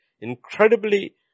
incredibly